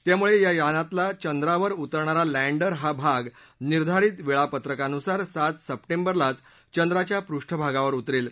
त्यामुळे या यानातला चंद्रावर उतरणारा लँडर हा भाग निर्धारित वेळापत्रकानुसार सात सर्प िरलाच चंद्राच्या पृष्ठभागावर उतरेल